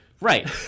Right